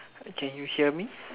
can you hear me